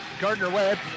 Gardner-Webb